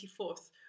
24th